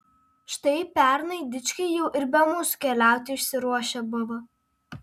štai pernai dičkiai jau ir be mūsų keliauti išsiruošę buvo